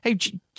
Hey